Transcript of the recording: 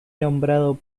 nombrado